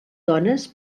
dones